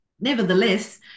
nevertheless